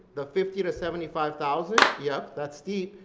the fifty to seventy five thousand, yep that's steep,